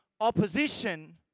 opposition